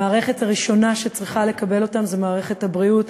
המערכת הראשונה שצריכה לקבל אותם זו מערכת הבריאות,